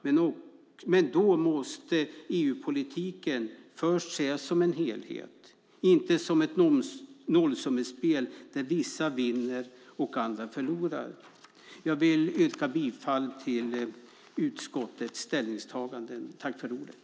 Men då måste EU-politiken först ses som en helhet, inte som ett nollsummespel där vissa vinner och andra förlorar. Jag vill yrka bifall till utskottets förslag.